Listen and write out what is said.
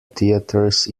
theaters